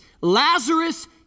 Lazarus